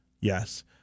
yes